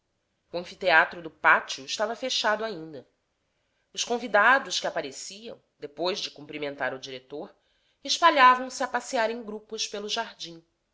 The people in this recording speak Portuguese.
o anfiteatro do pátio estava fechado ainda os convidados que apareciam depois de cumprimentar o diretor espalhavam-se a passear em grupos pelo jardim